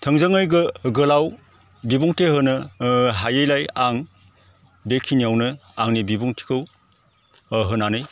थोंजोङै गोलाव बिबुंथि होनो ओ हायैलाय आं बेखिनियावनो आंनि बिबुंथिखौ ओ होनानै